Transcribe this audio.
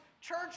church